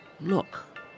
look